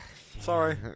Sorry